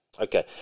Okay